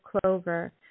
clover